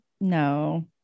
no